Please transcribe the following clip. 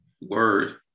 Word